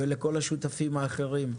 ולכל השותפים האחרים.